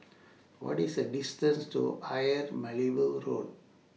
What IS The distance to Ayer Road